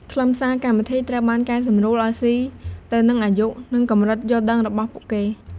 ខ្លឹមសារកម្មវិធីត្រូវបានកែសម្រួលឲ្យស៊ីទៅនឹងអាយុ និងកម្រិតយល់ដឹងរបស់ពួកគេ។